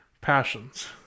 passions